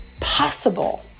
possible